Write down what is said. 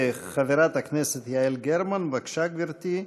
חברת הכנסת יעל גרמן, בבקשה, גברתי.